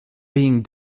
being